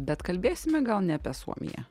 bet kalbėsime gal ne apie suomiją